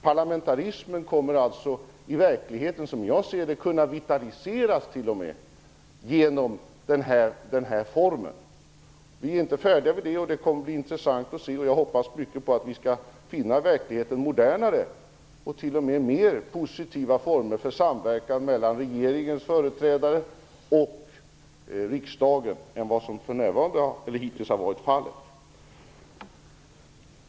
Parlamentarismen kommer alltså i verkligheten, som jag ser det, att t.o.m. kunna vitaliseras genom den här formen. Vi är inte färdiga med detta. Jag hoppas mycket på att vi skall finna verkligheten modernare och t.o.m. finna mer positiva former för samverkan mellan regeringens företrädare och riksdagen än vad som hittills har varit fallet.